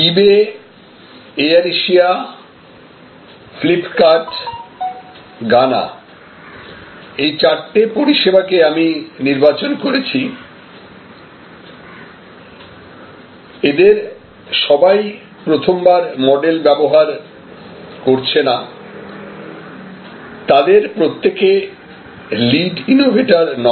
ইবে AirAsia Flipkart Gaana এইরকম চারটি পরিষেবা কে আমি নির্বাচন করেছি এদের সবাই প্রথমবার মডেল ব্যবহার করছে না তাদের প্রত্যেকে লিড ইনোভেটার নয়